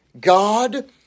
God